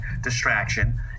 distraction